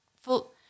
full